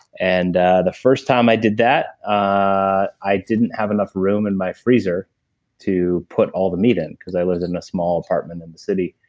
and the first time i did that, ah i didn't have enough room in my freezer to put all the meat in, because i lived in a small apartment in the city.